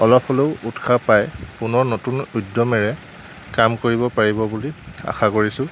অলপ হ'লেও উৎসাহ পাই পুনৰ নতুন উদ্যমেৰে কাম কৰিব পাৰিব বুলি আশা কৰিছোঁ